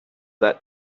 that